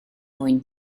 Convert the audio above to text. mwyn